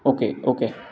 okay okay